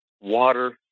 water